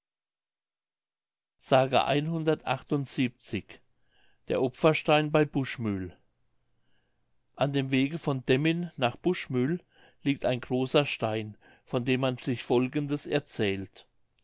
der opferstein bei buschmühl an dem wege von demmin nach buschmühl liegt ein großer stein von dem man sich folgendes erzählt